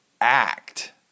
act